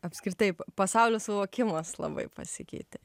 apskritai pasaulio suvokimas labai pasikeitė